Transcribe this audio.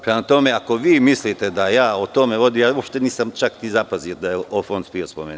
Prema tome, ako vi mislite da ja o tome vodim, uopšte nisam čak ni zapazio da je Fond PIO spomenut.